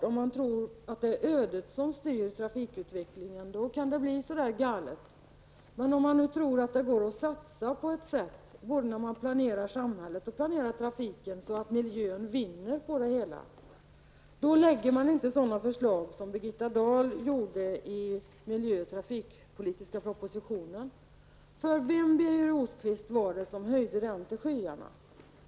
Om man tror att det är ödet som styr trafikutvecklingen kan det naturligtvis bli så galet. Men om man tror att det -- både vid samhällsplanering och trafikplanering -- är möjligt att satsa på ett sätt som gör att miljön vinner på det hela, då lägger man inte fram sådana förslag som Rosqvist, var det som höjde den propositionen till skyarna?